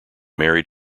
married